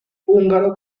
húngaro